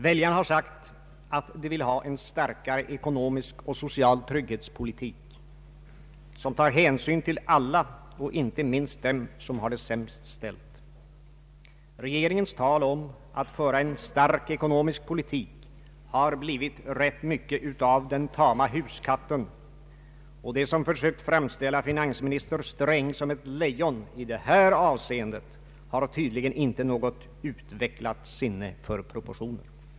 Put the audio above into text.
Väljarna har sagt att de vill ha en starkare ekonomisk och social trygghetspolitik som tar hänsyn till alla och inte minst dem som har det sämst ställt. Regeringens tal om att föra en stark ekonomisk politik har blivit rätt mycket av den tama huskatten, och de som försökt framställa finansminister Sträng som ett lejon i det här avseendet har tydligen inte något utvecklat sinne för proportioner.